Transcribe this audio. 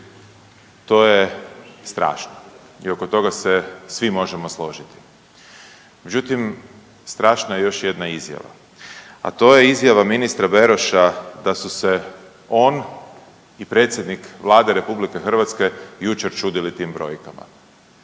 To je strašno i oko toga se svi možemo složiti, međutim strašna je još jedna izjava, a to je izjava ministra Beroše da su se on i predsjednik Vlade RH jučer čudili tim brojkama.